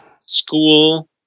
school